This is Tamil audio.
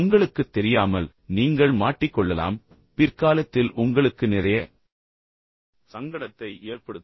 உங்களுக்குத் தெரியாமல் நீங்கள் மாட்டிக்கொள்ளலாம் பின்னர் பிற்காலத்தில் உங்களுக்கு நிறைய சங்கடத்தை ஏற்படுத்தும்